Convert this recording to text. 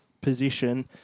position